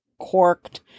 corked